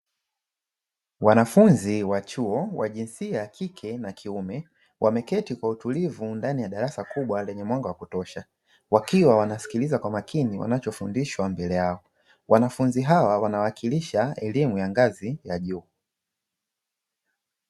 Wanafunzi wa chuo wa jinsia ya kike na kiume, wameketi kwa utulivu ndani ya darasa kubwa lenye mwanga wa kutosha, wakiwa wanasikiliza kwa makini wanachofundishwa mbele yao. Wanafunzi hawa wanawakilisha elimu ya ngazi ya juu.